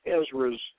Ezra's